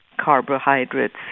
carbohydrates